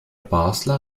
basler